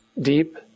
deep